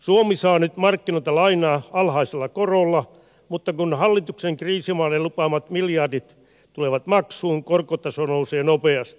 suomi saa nyt markkinoilta lainaa alhaisella korolla mutta kun hallituksen kriisimaille lupaamat miljardit tulevat maksuun korkotaso nousee nopeasti